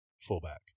fullback